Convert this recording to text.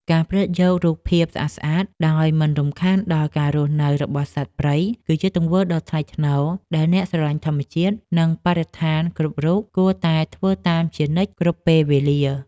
ការផ្ដិតយករូបភាពស្អាតៗដោយមិនរំខានដល់ការរស់នៅរបស់សត្វព្រៃគឺជាទង្វើដ៏ថ្លៃថ្នូរដែលអ្នកស្រឡាញ់ធម្មជាតិ និង បរិស្ថានគ្រប់រូបគួរតែធ្វើតាមជានិច្ចគ្រប់ពេលវេលា។